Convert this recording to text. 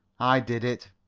i did it.